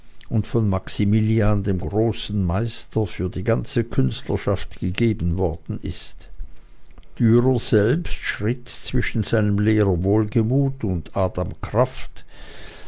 und von maximilian dem großen meister für die ganze künstlerschaft gegeben worden ist dürer selbst schritt zwischen seinem lehrer wohlgemuth und adam kraft